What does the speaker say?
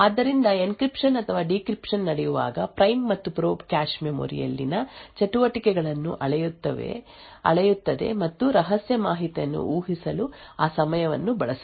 ಆದ್ದರಿಂದ ಎನ್ಕ್ರಿಪ್ಶನ್ ಅಥವಾ ಡೀಕ್ರಿಪ್ಶನ್ ನಡೆಯುವಾಗ ಪ್ರೈಮ್ ಮತ್ತು ಪ್ರೋಬ್ ಕ್ಯಾಶ್ ಮೆಮೊರಿ ಯಲ್ಲಿನ ಚಟುವಟಿಕೆಗಳನ್ನು ಅಳೆಯುತ್ತದೆ ಮತ್ತು ರಹಸ್ಯ ಮಾಹಿತಿಯನ್ನು ಊಹಿಸಲು ಆ ಸಮಯವನ್ನು ಬಳಸುತ್ತದೆ